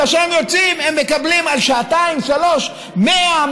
כאשר הם יוצאים הם מקבלים על שעתיים-שלוש 100,